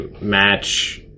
match